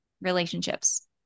relationships